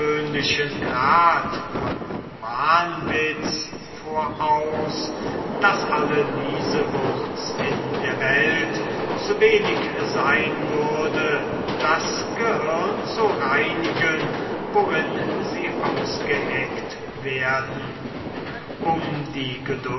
grad von wahnwitz voraus daß alle niesewurz in der welt zu wenig sein würde das gehirn zu reinigen worin sie ausgeheckt werden um die